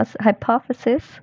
hypothesis